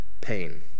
pain